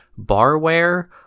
barware